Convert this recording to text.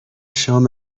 شام